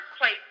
place